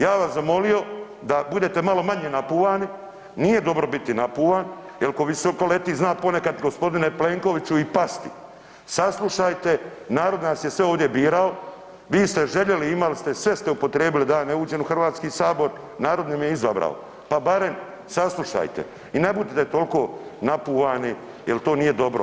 Ja bih vas zamolio da budete malo manje napuvani, nije dobro biti napuvan, jer tko visoko leti zna ponekad gospodine Plenkoviću i pasti, saslušajte, narod nas je sve ovdje birao, vi ste željeli i imali ste sve ste upotrijebili da ja ne uđem u Hrvatski sabor, narod me je izabrao, pa barem saslušajte i ne budite toliko napuvani jer to nije dobro.